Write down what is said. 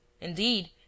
Indeed